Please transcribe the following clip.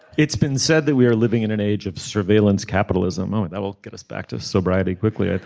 it's been said that we are living in an age of surveillance capitalism that will get us back to sobriety quickly